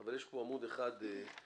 אבל יש פה עמוד אחד מעניין,